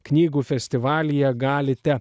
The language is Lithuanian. knygų festivalyje galite